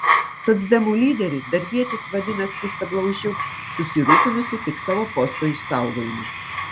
socdemų lyderį darbietis vadina skystablauzdžiu susirūpinusiu tik savo posto išsaugojimu